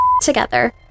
together